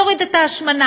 נוריד את ההשמנה,